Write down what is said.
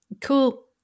Cool